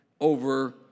over